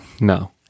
No